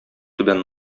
түбән